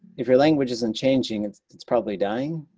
if your language isn't changing, it's it's probably dying.